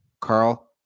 Carl